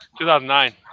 2009